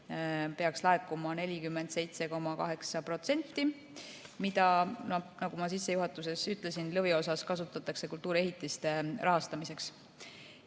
laekuma 47,8%, mida, nagu ma sissejuhatuses ütlesin, lõviosas kasutatakse kultuuriehitiste rahastamiseks.